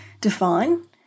define